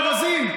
מבזים.